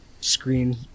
screen